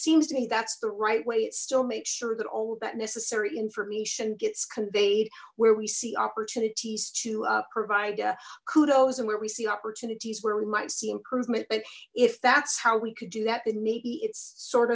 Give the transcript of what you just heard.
seems to me that's the right way it still makes sure that all that necessary information gets conveyed where we see opportunities to provide kudos and where we see opportunities where we might see improvement but if that's how we could do that then maybe it's sort